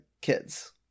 kids